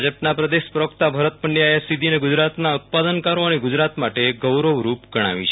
ભાજપના પ્રદશ પ્રવકતા ભરત પંડયાએ આ સિધ્ધિને ગુજરાતના ઉત્પાદનકારો અને ગુજરાત માટે ગૌરવરૂપ ગણાવી છે